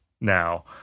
now